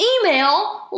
Email